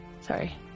sorry